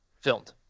filmed